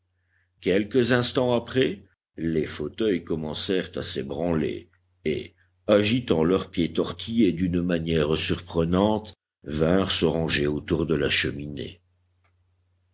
quelques instant après les fauteuils commencèrent à s'ébranler et agitant leurs pieds tortillés d'une manière surprenante vinrent se ranger autour de la cheminée